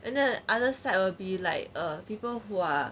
and the other side will be like err people who are